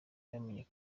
yamenye